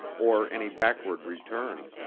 or any backward return.